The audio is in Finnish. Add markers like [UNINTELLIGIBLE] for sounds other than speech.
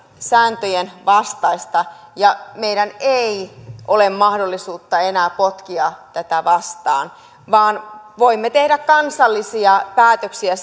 sääntöjen vastaista ja meillä ei ole mahdollisuutta enää potkia tätä vastaan vaan voimme tehdä kansallisia päätöksiä [UNINTELLIGIBLE]